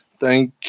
Thank